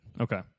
Okay